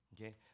Okay